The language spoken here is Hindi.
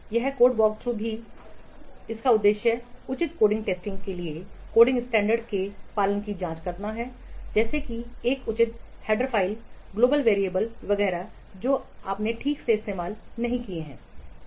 यह कोड वॉकथ्रू भी इसका उद्देश्य उचित कोडिंग स्टैंडर्ड के लिए कोडिंग स्टैंडर्डके पालन की जांच करना है जैसे कि एक उचित हेडर फाइलें ग्लोबल वैरियेबल्स वगैरह जो आपने ठीक से इस्तेमाल किया है या नहीं